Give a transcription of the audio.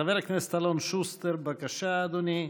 חבר הכנסת אלון שוסטר, בבקשה, אדוני,